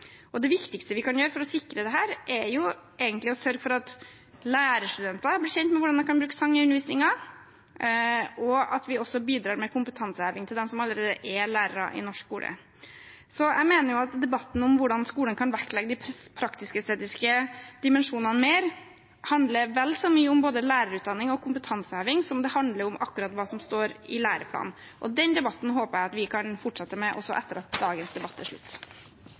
Det viktigste vi kan gjøre for å sikre dette, er egentlig å sørge for at lærerstudenter blir kjent med hvordan de kan bruke sang i undervisningen, og at vi også bidrar med kompetanseheving til dem som allerede er lærere i norsk skole. Så jeg mener at debatten om hvordan skolen kan vektlegge de praktisk-estetiske dimensjonene mer, handler vel så mye om både lærerutdanning og kompetanseheving som det handler om akkurat hva som står i læreplanen, og den debatten håper jeg at vi kan fortsette med også etter at dagens debatt er slutt.